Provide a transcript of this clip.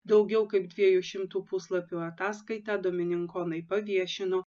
daugiau kaip dviejų šimtų puslapių ataskaitą dominikonai paviešino